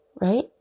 Right